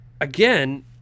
again